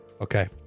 okay